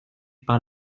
par